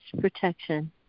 protection